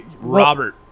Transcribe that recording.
Robert